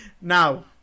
Now